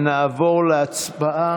את כל החוקים: נורבגי מורחב,